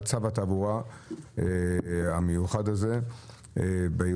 צו התעבורה המיוחד הזה בירושלים.